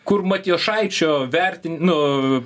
kur matjošaičio vertin nu